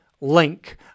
link